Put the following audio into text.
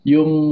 Yung